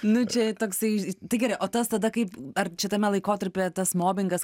nu čia toksai tai gerai o tas tada kaip ar čia tame laikotarpyje tas mobingas